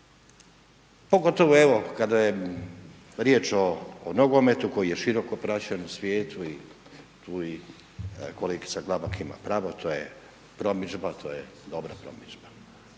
Pogotovo evo kada je riječ o nogometu koji je široko praćen u svijetu i tu i kolegica Glavak ima pravo, to je promidžba, to je dobra promidžba.